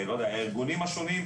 לא יודע הארגונים השונים,